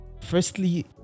firstly